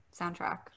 soundtrack